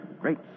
Great